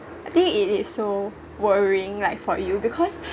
I think it is so worrying like for you because